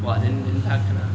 !wah! then then 他看到